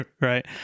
right